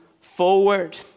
forward